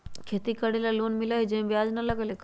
खेती करे ला लोन मिलहई जे में ब्याज न लगेला का?